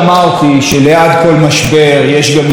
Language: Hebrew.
שליד כל משבר יש גם הזדמנות.